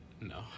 no